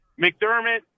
McDermott